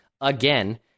again